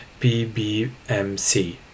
PBMC